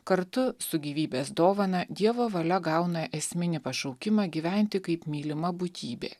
kartu su gyvybės dovana dievo valia gauna esminį pašaukimą gyventi kaip mylima būtybė